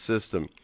system